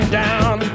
down